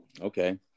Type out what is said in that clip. Okay